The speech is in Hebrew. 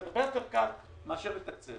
זה הרבה יותר קל מאשר לתקצב.